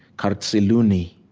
qarrtsiluni.